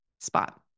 spot